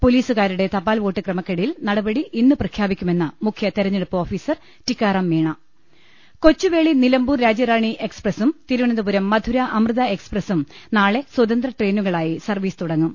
പൊലീസുകാരുടെ തപാൽ വോട്ട് ക്രമക്കേടിൽ നടപടി ഇന്ന് പ്രഖ്യാപിക്കുമെന്ന് മുഖ്യതെരഞ്ഞെടുപ്പ് ഓഫീസർ ടിക്കാറാം മീണ കൊച്ചുവേളി നിലമ്പൂർ രാജ്യറാണി എക്സ്പ്രസും തിരുവ നന്തപുരം മധുര അമൃത എക്സ്പ്രസും നാളെ സ്വതന്ത്ര ട്രെയി നുകളായി സർവീസ് തുടങ്ങും